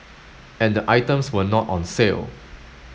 and the items were not on sale